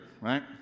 right